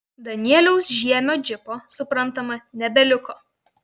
danieliaus žiemio džipo suprantama nebeliko